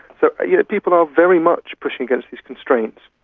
so you know people are very much pushing against these constraints,